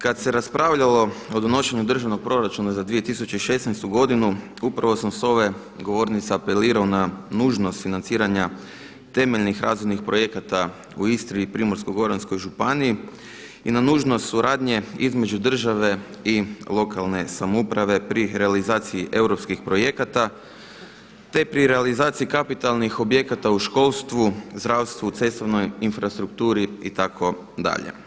Kad se raspravljalo o donošenju Državnog proračuna za 2016. godinu upravo sam s ove govornice apelirao na nužnost financiranja temeljnih razvojnih projekata u Istri i Primorsko-goranskoj županiji i na nužnost suradnje između države i lokalne samouprave pri realizaciji europskih projekata, te pri realizaciji kapitalnih objekata u školstvu, zdravstvu, cestovnoj infrastrukturi itd.